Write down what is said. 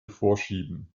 vorschieben